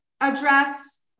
address